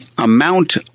amount